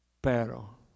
Pero